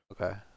Okay